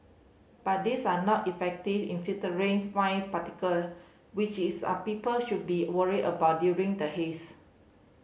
but these are not effective in filtering fine particle which is are people should be worried about during the haze